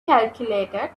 calculated